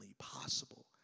possible